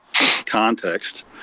context